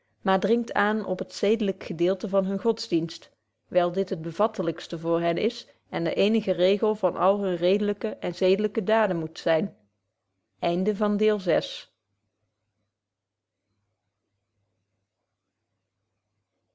maar dringt aan op het zedelyk gedeelte van hunnen godsdienst wyl dit het bevattelykste voor hen is en de eenige regel van alle hunne redelyke en zedelyke daden moet zyn